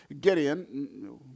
Gideon